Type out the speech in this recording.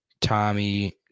Tommy